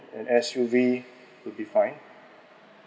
an S_U_V would be fine